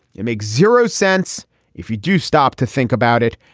it makes zero sense if you do stop to think about it.